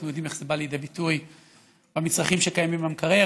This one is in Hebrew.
אנחנו יודעים איך זה בא לידי ביטוי במצרכים שקיימים במקרר,